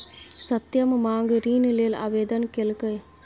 सत्यम माँग ऋण लेल आवेदन केलकै